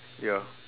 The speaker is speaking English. ya